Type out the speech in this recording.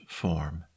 form